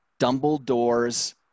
Dumbledore's